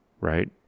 right